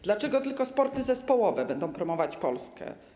Dlaczego tylko sporty zespołowe będą promować Polskę?